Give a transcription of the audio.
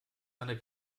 eine